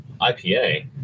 IPA